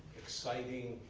exciting,